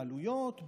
בעלויות,